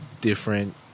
different